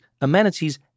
amenities